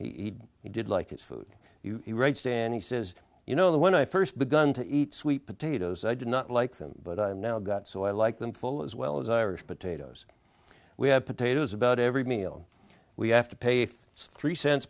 was he did like his food stand he says you know that when i first begun to eat sweet potatoes i did not like them but i am now got so i like them full as well as irish potatoes we have potatoes about every meal we have to pay if it's three cents